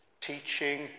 teaching